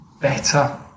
better